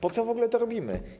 Po co w ogóle to robimy?